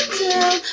tell